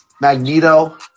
Magneto